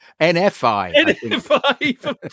NFI